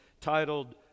titled